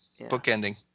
bookending